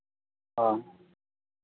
ᱦᱚᱸ